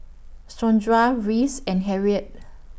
Sondra Rhys and Harriette